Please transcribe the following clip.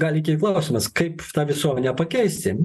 gali kilt klausimas kaip visuomenę pakeisi